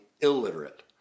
illiterate